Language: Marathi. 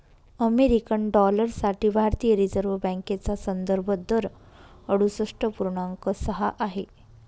अमेरिकन डॉलर साठी भारतीय रिझर्व बँकेचा संदर्भ दर अडुसष्ठ पूर्णांक सहा आहे